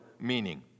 meaning